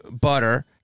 butter